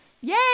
yay